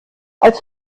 als